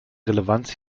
relevanz